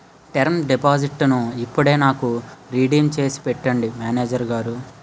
term డిపాజిట్టును ఇప్పుడే నాకు రిడీమ్ చేసి పెట్టండి మేనేజరు గారు